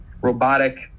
robotic